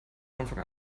anfang